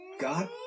God